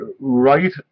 right